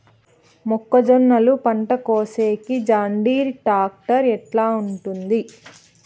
మొక్కజొన్నలు పంట కోసేకి జాన్డీర్ టాక్టర్ ఎట్లా ఉంటుంది?